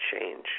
change